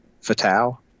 Fatal